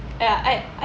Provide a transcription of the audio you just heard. ya I I